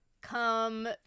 Come